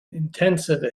intensive